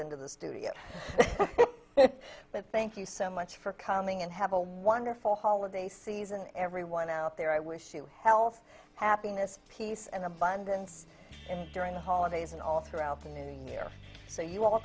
into the studio but thank you so much for coming and have a wonderful holiday season everyone out there i wish you health happiness peace and abundance during the holidays and all throughout the new year so you all